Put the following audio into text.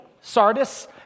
Sardis